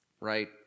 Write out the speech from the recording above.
right